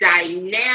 dynamic